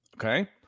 Okay